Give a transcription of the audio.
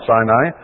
Sinai